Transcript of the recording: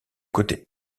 côté